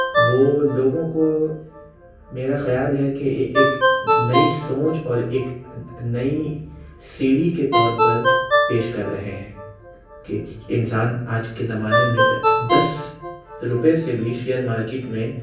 وہ لوگوں کو میرا خیال ہے کہ ایک نئی سوچ اور ایک نئی سیڑھی کے طور پر پیش کر رہے ہیں کہ انسان آج کے زمانے میں دس روپے سے بھی شیئر مارکیٹ میں